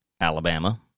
Alabama